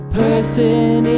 person